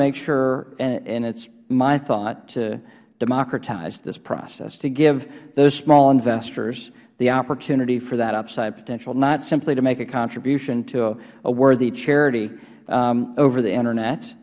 make sure and it's my thought to democratize this process to give the small investors the opportunity for that upside potential not simply to make a contribution to a worthy charity over the internet